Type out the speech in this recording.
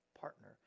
partner